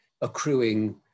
accruing